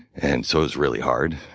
and so it was really hard.